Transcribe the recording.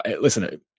listen